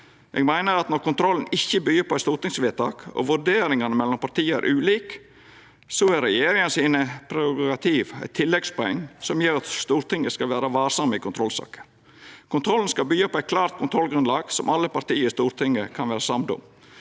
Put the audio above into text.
Eg meiner at når kontrollen ikkje byggjer på eit stortingsvedtak, og vurderingane mellom partia er ulike, er regjeringa sine prerogativ eit tilleggspoeng som gjer at Stortinget skal vera varsame i kontrollsaker. Kontrollen skal byggja på eit klart kontrollgrunnlag som alle parti i Stortinget kan vera samde om.